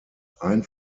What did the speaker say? ein